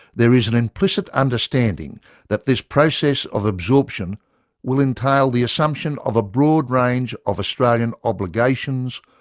there is an implicit understanding that this process of absorption will entail the assumption of a broad range of australian obligations,